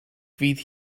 fydd